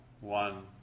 one